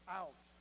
out